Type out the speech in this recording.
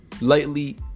lightly